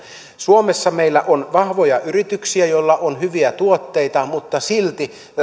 suomessa meillä on vahvoja yrityksiä joilla on hyviä tuotteita mutta silti